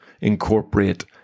incorporate